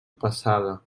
passada